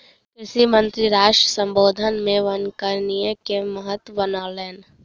कृषि मंत्री राष्ट्र सम्बोधन मे वनीकरण के महत्त्व बतौलैन